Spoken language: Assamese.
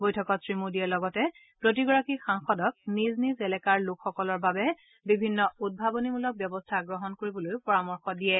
বৈঠকত শ্ৰীমোদীয়ে লগতে প্ৰতিগৰাকী সাংসদক নিজ নিজ এলেকাৰ লোকসকলৰ বাবে বিভিন্ন উদ্ভাৱনীমূলক ব্যৱস্থা গ্ৰহণ কৰিবলৈও পৰামৰ্শ দিয়ে